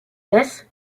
this